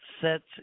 sets